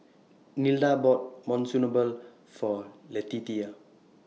Nilda bought Monsunabe For Letitia